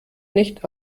nicht